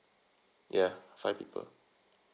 ya five people